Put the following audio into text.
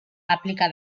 aplika